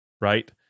right